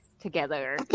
together